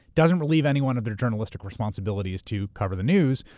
doesn't relieve anyone of their journalistic responsibilities to cover the news,